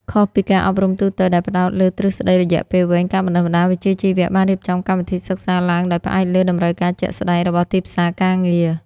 ខុសពីការអប់រំទូទៅដែលផ្តោតលើទ្រឹស្តីរយៈពេលវែង ការបណ្តុះបណ្តាលវិជ្ជាជីវៈបានរៀបចំកម្មវិធីសិក្សាឡើងដោយផ្អែកលើតម្រូវការជាក់ស្តែងរបស់ទីផ្សារការងារ។